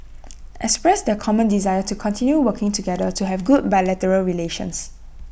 expressed their common desire to continue working together to have good bilateral relations